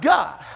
God